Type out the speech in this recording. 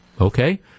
okay